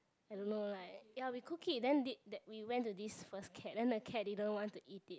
I don't know like ya we cooked it then that we went to this first cat then the cat didn't want to eat it